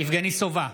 יבגני סובה,